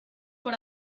por